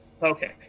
okay